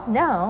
no